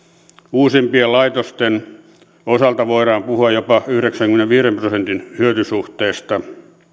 uusimpien laitosten osalta voidaan puhua jopa yhdeksänkymmenenviiden prosentin hyötysuhteesta